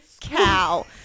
cow